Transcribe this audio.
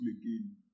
again